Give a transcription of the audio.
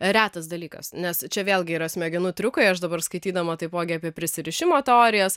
retas dalykas nes čia vėlgi yra smegenų triukai aš dabar skaitydama taipogi apie prisirišimo teorijas